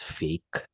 fake